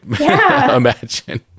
imagine